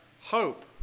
hope